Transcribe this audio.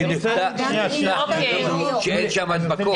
אני רוצה ------ שאין שם הדבקות.